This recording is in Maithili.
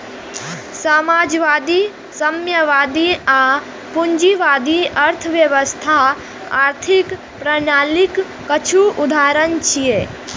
समाजवादी, साम्यवादी आ पूंजीवादी अर्थव्यवस्था आर्थिक प्रणालीक किछु उदाहरण छियै